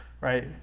Right